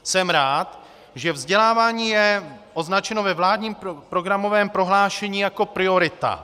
Jsem rád, že vzdělávání je označeno ve vládním programovém prohlášení jako priorita.